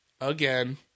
again